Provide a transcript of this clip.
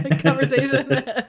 conversation